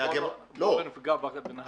לנהגי מוניות -- בוא לא נפגע בנהגי מוניות.